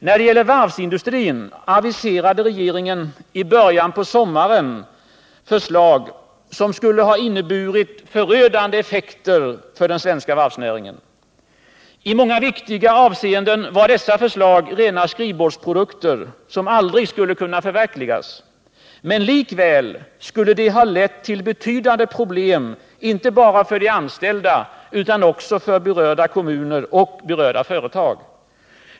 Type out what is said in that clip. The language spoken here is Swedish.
När det gäller varvsindustrin aviserade regeringen i början på sommaren förslag som skulle ha inneburit förödande effekter för den svenska varvsnäringen. I många viktiga avseenden var dessa förslag rena skrivbordsprodukter som aldrig skulle kunna förverkligas. Men likväl skulle de ha lett till betydande problem inte bara för de anställda utan också för berörda kommuner och företag.